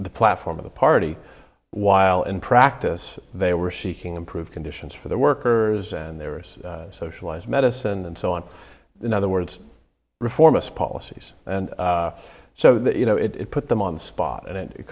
the platform of the party while in practice they were seeking improved conditions for their workers and their socialized medicine and so on in other words reformist policies and so that you know it put them on the spot and it